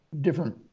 different